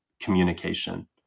communication